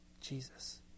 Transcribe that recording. Jesus